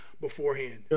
beforehand